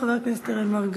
חבר הכנסת אראל מרגלית.